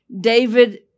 David